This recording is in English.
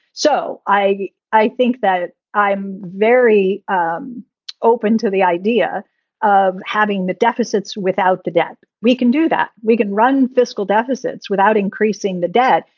so i i think that i'm very um open to the idea of having the deficits without the debt. we can do that. we can run fiscal deficits without increasing the debt.